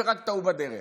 שרק טעו בדרך.